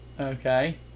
Okay